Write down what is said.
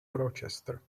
rochester